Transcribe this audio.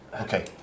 Okay